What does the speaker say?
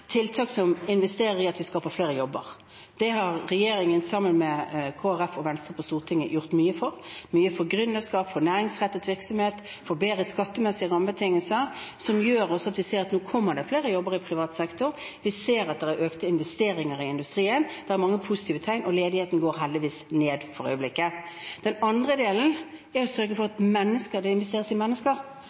har regjeringen sammen med Kristelig Folkeparti og Venstre på Stortinget gjort mye for. Vi har også gjort mye for gründerskap, for næringsrettet virksomhet og for bedre skattemessige rammebetingelser, som gjør at vi nå ser at det kommer flere jobber i privat sektor. Vi ser at det er økte investeringer i industrien. Det er mange positive tegn, og ledigheten går heldigvis ned for øyeblikket. Den andre delen er å sørge for at det investeres i mennesker,